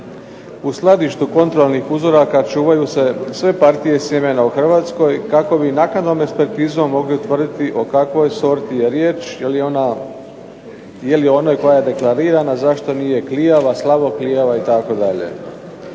Na skladištu kontrolnih uzoraka čuvaju se sve partije sjemena u Hrvatskoj kako bi naknadnom ekspertizom mogli utvrditi o kakvoj je sorti riječ je li onoj koja je deklarirana, zašto nije klijava, slabo klijava itd.